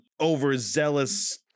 overzealous